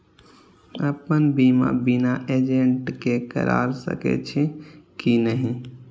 अपन बीमा बिना एजेंट के करार सकेछी कि नहिं?